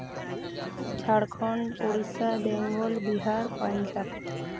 Jharkhand Odisha Bengal Bihar Punjab